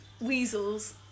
weasels